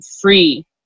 free